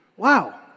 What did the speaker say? wow